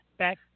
Back